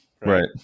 Right